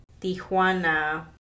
Tijuana